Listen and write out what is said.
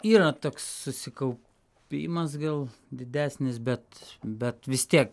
yra toks susikaupimas gal didesnis bet bet vis tiek